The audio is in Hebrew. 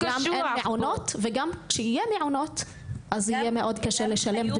וגם כשיהיו מעונות אז יהיה מאוד קשה לשלם.